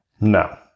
No